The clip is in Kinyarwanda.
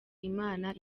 imana